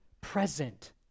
present